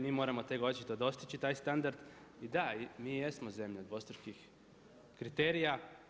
Mi moramo očito dostići taj standard i da, mi jesmo zemlja dvostrukih kriterija.